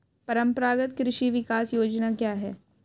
परंपरागत कृषि विकास योजना क्या है?